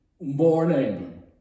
morning